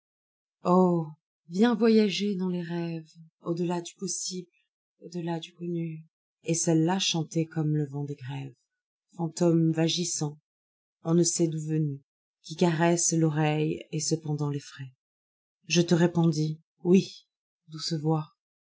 oh viens voyager dans les rêves au delà du possible au delà du connu et celle-là chantait comme le vent des grèves fantôme vagissant on no sait d'où venu qui caresse l'oreille et cependant l'effraie je te répondis oui douce